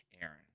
Aaron